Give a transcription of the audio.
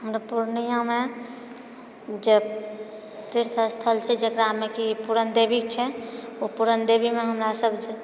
हमरा पूर्णियाँमे जे तीर्थ स्थल छै जेकरामे कि पुरण देवी छै ओ पुरणदेवीमे हमरा सभ